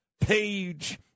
Page